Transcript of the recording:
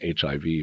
HIV